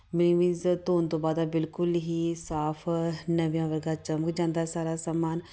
ਮੈਂ ਮੀਨਜ਼ ਧੋਣ ਤੋਂ ਬਾਅਦ ਬਿਲਕੁਲ ਹੀ ਸਾਫ਼ ਨਵਿਆਂ ਵਰਗਾ ਚਮਕ ਜਾਂਦਾ ਸਾਰਾ ਸਮਾਨ